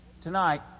Tonight